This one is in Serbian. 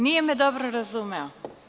Nije me dobro razumeo.